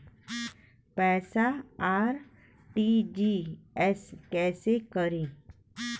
पैसा आर.टी.जी.एस कैसे करी?